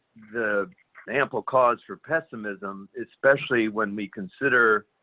the ample cause for pessimism, especially when we consider